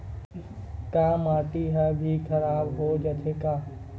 का माटी ह भी खराब हो जाथे का?